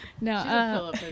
No